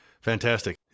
Fantastic